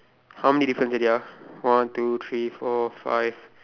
how many difference already ah one two three four five